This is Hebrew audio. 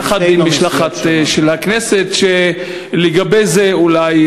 יחד עם משלחת מהכנסת, ולגבי זה יש אולי